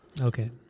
Okay